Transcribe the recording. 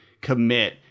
commit